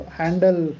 handle